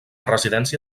residència